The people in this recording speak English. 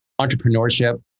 entrepreneurship